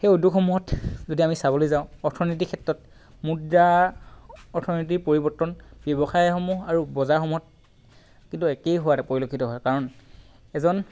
সেই উদ্যোগসমূহত যদি আমি যদি চাবলৈ যাওঁ অৰ্থনীতিৰ ক্ষেত্ৰত মুদ্ৰা অৰ্থনীতি পৰিৱৰ্তন ব্যৱসায়সমূহ আৰু বজাৰসমূহত কিন্তু একেই হোৱাটো পৰিলক্ষিত হয় কাৰণ এজন